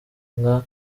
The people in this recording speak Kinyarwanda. nka